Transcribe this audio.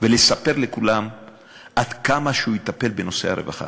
ולספר לכולם עד כמה הוא יטפל בנושא הרווחה.